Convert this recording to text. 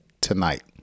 tonight